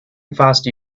faster